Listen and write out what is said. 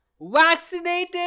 Vaccinated